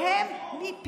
מה עם אורית סטרוק?